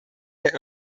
der